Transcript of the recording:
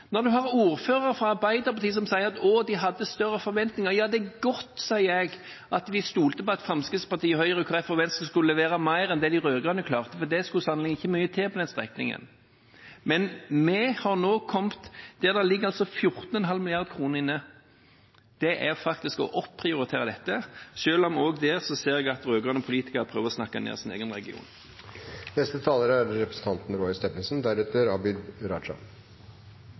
når de selv aldri har vedtatt å sette i gang, er å lure velgerne. En hører ordførere fra Arbeiderpartiet som sier at de hadde større forventninger. Ja, det er godt – sier jeg – at de stolte på at Fremskrittspartiet, Høyre, Kristelig Folkeparti og Venstre skulle levere mer enn de rød-grønne klarte, for det skulle sannelig ikke mye til på den strekningen. Men når det ligger 14,5 mrd. kr inne til dette, er det for å prioritere dette opp, selv om rød-grønne politikere også når det gjelder dette, prøver å snakke ned sin egen region. Det er